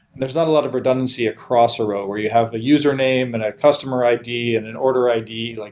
there's not a lot of redundancy across a row, where you have a username and a customer id and an order id. like